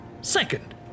Second